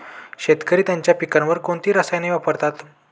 शेतकरी त्यांच्या पिकांवर कोणती रसायने वापरतात?